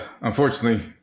unfortunately